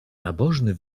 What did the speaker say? nabożny